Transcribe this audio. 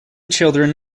children